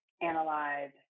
analyze